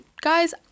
guys